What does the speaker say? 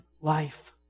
life